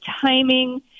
timing